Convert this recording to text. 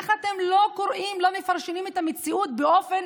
איך אתם לא קוראים ולא מפרשים את המציאות באופן